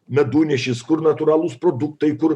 medunešis kur natūralūs produktai kur